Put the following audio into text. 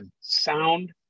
sound